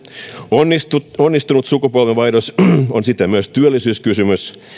onnistunut onnistunut sukupolvenvaihdos on siten myös työllisyyskysymys